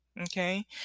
okay